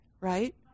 right